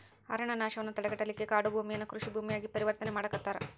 ಅರಣ್ಯನಾಶವನ್ನ ತಡೆಗಟ್ಟಲಿಕ್ಕೆ ಕಾಡುಭೂಮಿಯನ್ನ ಕೃಷಿ ಭೂಮಿಯಾಗಿ ಪರಿವರ್ತನೆ ಮಾಡಾಕತ್ತಾರ